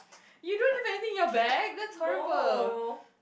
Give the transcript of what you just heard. you don't have anything in your bag that's horrible